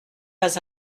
pas